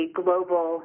global